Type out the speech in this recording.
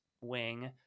wing